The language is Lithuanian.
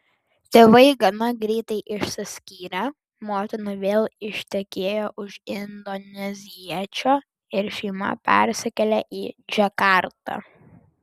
tėvai gana greitai išsiskyrė motina vėl ištekėjo už indoneziečio ir šeima persikėlė į džakartą